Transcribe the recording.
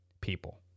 people